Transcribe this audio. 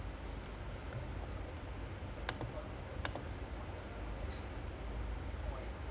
I mean dean salloa கொஞ்சம்:konjam waste that's like how to say like you won't get the administration chance lah to be honest I don't know why he come